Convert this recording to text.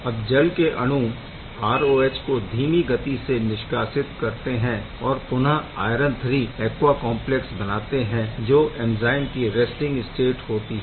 अब जल के अणु ROH को धीमी गति से निष्कासित करते है और पुनः आयरन III ऐक्वा कॉम्प्लेक्स बनाते है जो एंज़ाइम की रेस्टिंग स्टेट होती है